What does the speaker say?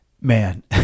Man